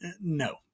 no